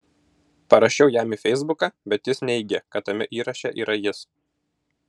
parašiau jam į feisbuką bet jis neigė kad tame įraše yra jis